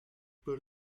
per